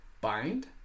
bind